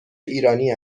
ایرانی